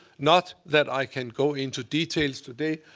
not that i can go into details today,